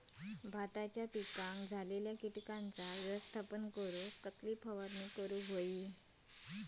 भाताच्या पिकांक झालेल्या किटकांचा व्यवस्थापन करूक कसली फवारणी करूक होई?